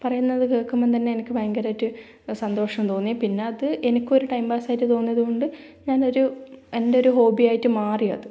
പറയുന്നത് കേൾക്കുമ്പം തന്നെ എനിക്ക് ഭയങ്കരമായിട്ട് സന്തോഷം തോന്നി പിന്നത് എനിക്കൊരു ടൈം പാസ്സായിട്ട് തോന്നിയതു കൊണ്ട് ഞാനൊരു എൻറ്റൊരു ഹോബി ആയിട്ട് മാറിയത്